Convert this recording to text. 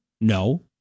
No